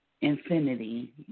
Infinity